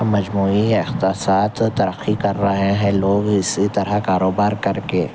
مجموعی اقتصاد ترقی کر رہے ہیں لوگ اسی طرح کاروبار کر کے